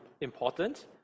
important